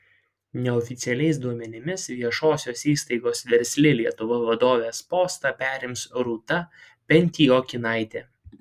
neoficialiais duomenimis viešosios įstaigos versli lietuva vadovės postą perims rūta pentiokinaitė